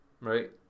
right